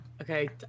Okay